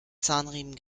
zahnriemen